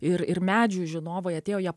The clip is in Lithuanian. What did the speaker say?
ir ir medžių žinovai atėjo jie